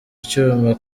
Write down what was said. icyuma